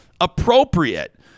appropriate